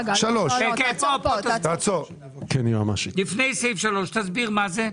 תיקון סעיף 6א 2. בסעיף 6א להחלטה העיקרית,